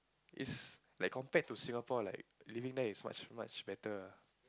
it's like compared to Singapore like living there is so much much more better ah